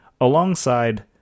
alongside